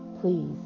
Please